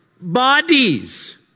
Bodies